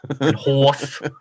Horse